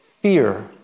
fear